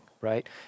right